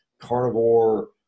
carnivore